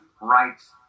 Rights